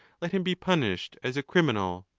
let him be punished as a criminal.